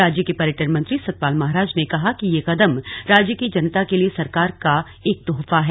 राज्य के पर्यटन मंत्री सतपाल महाराज ने कहा कि ये कदम राज्य की जनता के लिए सरकार का एक तोहफा है